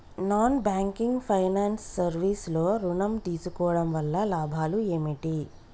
Non banking finance service లో ఋణం తీసుకోవడం వల్ల లాభాలు ఏమిటి?